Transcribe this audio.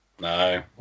No